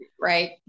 Right